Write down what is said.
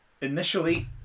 Initially